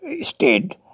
stayed